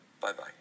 Bye-bye